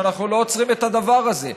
שאנחנו לא עוצרים את הדבר הזה.